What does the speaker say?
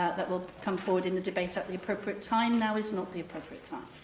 that will come forward in the debate at the appropriate time. now is not the appropriate time.